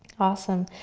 awesome.